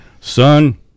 son